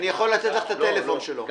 אני